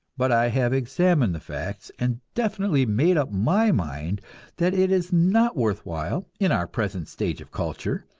but i have examined the facts, and definitely made up my mind that it is not worth while, in our present stage of culture,